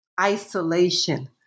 isolation